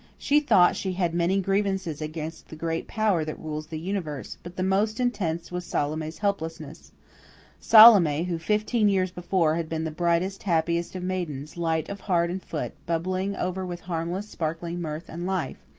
she thought she had many grievances against the great power that rules the universe, but the most intense was salome's helplessness salome, who fifteen years before had been the brightest, happiest of maidens, light of heart and foot, bubbling over with harmless, sparkling mirth and life.